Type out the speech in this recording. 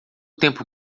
tempo